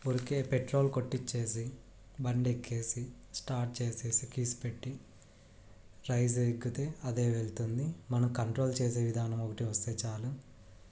ఊరికే పెట్రోల్ కొట్టించేసి బండి ఎక్కేసి స్టార్ట్ చేసేసి కీస్ పెట్టి రైజ్ అయ్యి ఎక్కితే అదే వెళ్తుంది మనం కంట్రోల్ చేసే విధానం ఒకటి వస్తే చాలు